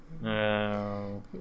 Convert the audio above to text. No